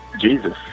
Jesus